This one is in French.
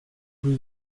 rue